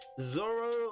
Zoro